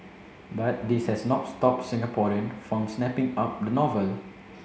but this has not stopped Singaporean from snapping up the novel